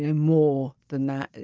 ah more than that,